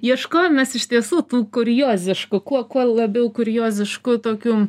ieškojimas iš tiesų tų kurioziškų kuo kuo labiau kurioziškų tokių